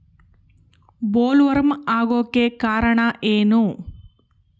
Bollworm ಆಗೋಕೆ ಕಾರಣ ಏನು?